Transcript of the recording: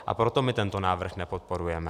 A proto my tento návrh nepodporujeme.